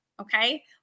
Okay